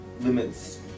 limits